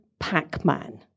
Pac-Man